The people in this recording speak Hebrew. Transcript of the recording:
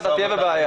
ואתה תהיה בבעיה.